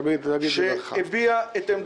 << דובר_המשך >> אופיר סופר (הבית היהודי,